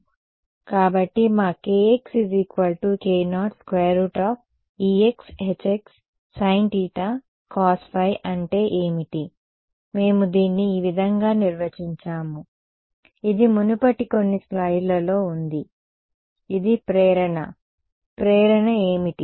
కాబట్టి మా kx k0√exhx sin θ cos ϕ అంటే ఏమిటి మేము దీన్ని ఈ విధంగా నిర్వచించాము ఇది మునుపటి కొన్ని స్లయిడ్లలో ఉంది ఇది ప్రేరణ ప్రేరణ ఏమిటి